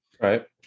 Right